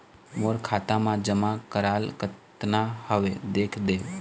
मोर खाता मा जमा कराल कतना हवे देख देव?